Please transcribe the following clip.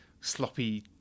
sloppy